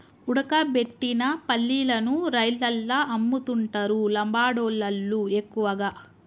ఉడకబెట్టిన పల్లీలను రైలల్ల అమ్ముతుంటరు లంబాడోళ్ళళ్లు ఎక్కువగా